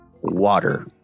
water